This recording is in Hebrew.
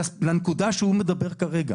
הנקודה שהוא מדבר עליה כרגע